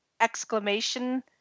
exclamation